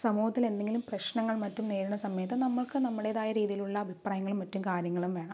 സമൂഹത്തിൽ എന്തെങ്കിലും പ്രശ്നങ്ങൾ മറ്റും നേരിടുന്ന സമയത്ത് നമ്മൾക്ക് നമ്മുടേതായ രീതിയിലുള്ള അഭിപ്രായങ്ങളും മറ്റും കാര്യങ്ങളും വേണം